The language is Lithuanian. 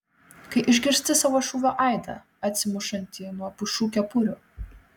kai išgirsti savo šūvio aidą atsimušantį nuo pušų kepurių